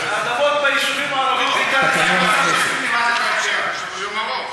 הטבות ביישובים הערביים, יש לנו יום ארוך.